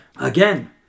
Again